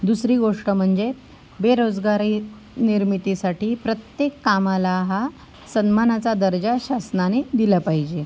दुसरी गोष्ट म्हणजे बेरोजगारी निर्मितीसाठी प्रत्येक कामाला हा सन्मानाचा दर्जा शासनाने दिला पाहिजे